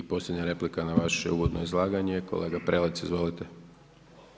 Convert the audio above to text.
I posljednja replika na vaše uvodno izlaganje, kolega Prelec, izvolite.